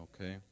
okay